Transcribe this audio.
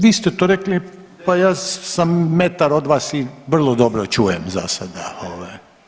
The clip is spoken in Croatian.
Vi ste to rekli, pa ja sam metar od vas i vrlo dobro čujem za sada ovaj.